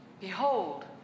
Behold